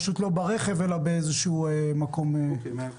לא ברכב אלא באיזשהו מקום אחר.